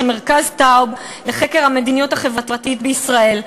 מרכז טאוב לחקר המדיניות החברתית בישראל,